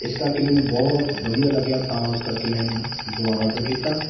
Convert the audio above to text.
ਇਸ ਕਰਕੇ ਮੈਨੂੰ ਬਹੁਤ ਵਧੀਆ ਲੱਗਿਆ ਤਾਂ ਉਸ ਕਰਕੇ ਮੈਂ ਇਹਨੂੰ ਦੁਬਾਰਾ ਆਰਡਰ ਕੀਤਾ